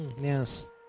Yes